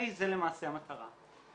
זו למעשה המטרה.